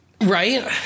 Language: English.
Right